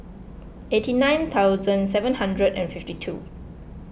eighty nine thousand seven hundred and fifty two